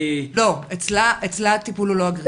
לא, אצלה הטיפול הוא לא אגרסיבי.